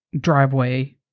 driveway